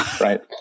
Right